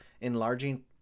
enlarging